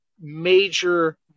major